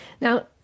Now